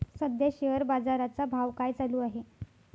सध्या शेअर बाजारा चा भाव काय चालू आहे?